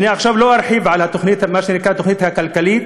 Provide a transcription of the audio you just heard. אני עכשיו לא ארחיב על מה שנקרא התוכנית הכלכלית,